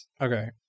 Okay